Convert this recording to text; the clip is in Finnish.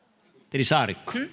arvoisa